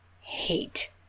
hate